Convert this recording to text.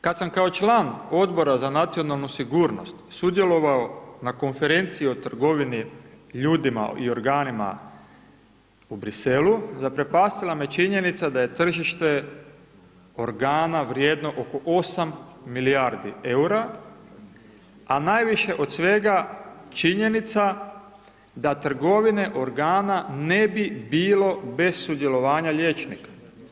Kad sam kao član Odbora za nacionalnu sigurnost sudjelovao na konferenciji o trgovini ljudima i organima u Bruxellesu, zaprepastila me činjenica da je tržište organa vrijedno oko 8 milijardi eura, a najviše od svega činjenica da trgovine organa ne bi bilo bez sudjelovanja liječnika.